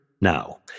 now